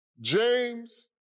James